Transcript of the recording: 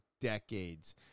decades